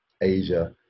Asia